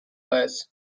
wires